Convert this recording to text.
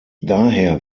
daher